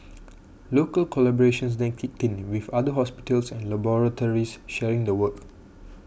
local collaborations then kicked in with other hospitals and laboratories sharing the work